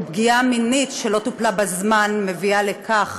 פגיעה מינית שלא טופלה בזמן מביאה לכך